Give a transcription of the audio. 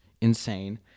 insane